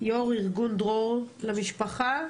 יו"ר ארגון "דרור למשפחה",